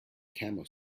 camel